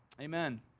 Amen